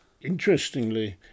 interestingly